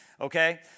okay